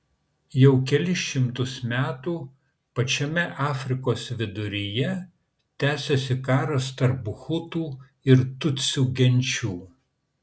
jau kelis šimtus metų pačiame afrikos viduryje tęsiasi karas tarp hutų ir tutsių genčių